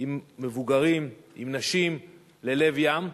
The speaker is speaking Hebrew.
עם מבוגרים, עם נשים, ללב ים.